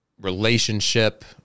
relationship